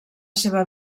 seva